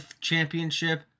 championship